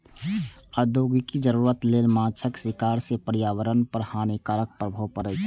औद्योगिक जरूरत लेल माछक शिकार सं पर्यावरण पर हानिकारक प्रभाव पड़ै छै